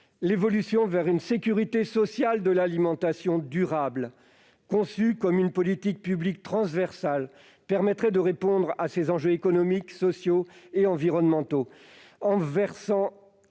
L'évolution vers une sécurité sociale de l'alimentation durable, conçue comme une politique publique transversale, permettrait de répondre à ces enjeux économiques, sociaux et environnementaux en versant